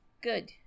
Good